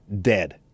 dead